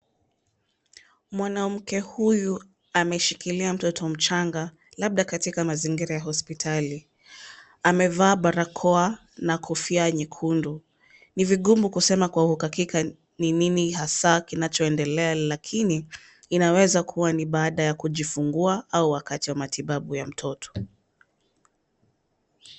Mwanamke huyu ameshikilia mtoto mchanga labda katika mazingira ya hospitali. Amevaa barakoa na kofia nyekundu. Ni vigumu kusema kwa uhakika ni nini hasa kinachoendelea lakini inaweza kuwa ni baada ya kujifungua au wakati wa matibabu ya mtoto.